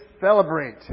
celebrate